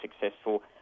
successful